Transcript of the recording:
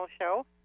show